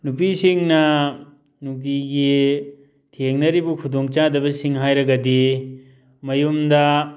ꯅꯨꯄꯤꯁꯤꯡꯅ ꯅꯨꯡꯇꯤꯒꯤ ꯊꯦꯡꯅꯔꯤꯕ ꯈꯨꯗꯣꯡꯆꯥꯗꯕꯁꯤꯡ ꯍꯥꯏꯔꯒꯗꯤ ꯃꯌꯨꯝꯗ